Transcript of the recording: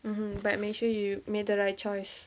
mm but make sure you made the right choice